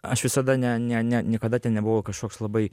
aš visada ne ne ne niekada ten nebuvau kažkoks labai